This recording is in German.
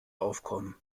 aufkommen